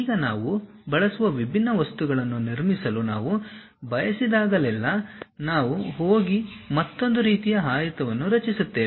ಈಗ ನಾವು ಬಳಸುವ ವಿಭಿನ್ನ ವಸ್ತುಗಳನ್ನು ನಿರ್ಮಿಸಲು ನಾವು ಬಯಸಿದಾಗಲೆಲ್ಲಾ ನಾವು ಹೋಗಿ ಮತ್ತೊಂದು ರೀತಿಯ ಆಯತವನ್ನು ರಚಿಸುತ್ತೇವೆ